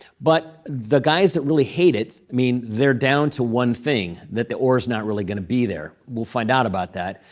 but the guys that really hate it i mean they're down to one thing, that the ore is not really going to be there. we'll find out about that.